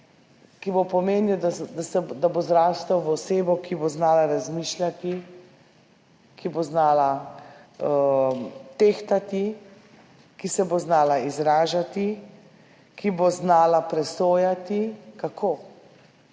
ki bo pomenil, da bo zrastel v osebo, ki bo znala razmišljati, ki bo znala tehtati, ki se bo znala izražati, ki bo znala presojati. Kako?